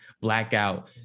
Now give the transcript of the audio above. blackout